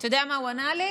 אתה יודע מה הוא ענה לי?